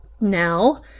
Now